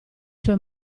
sue